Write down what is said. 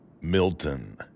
Milton